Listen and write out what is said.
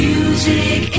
Music